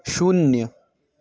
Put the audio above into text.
शून्य